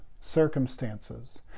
circumstances